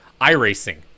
iRacing